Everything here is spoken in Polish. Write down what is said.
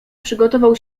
przygotował